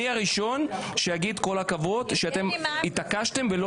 אני הראשון שאגי כל הכבוד שאתם התעקשתם ולא